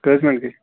کٔژ مِنَٹ گے